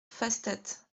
pfastatt